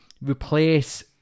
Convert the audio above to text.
replace